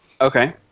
Okay